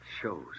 Shows